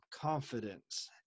confidence